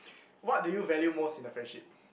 what do you value most in the friendship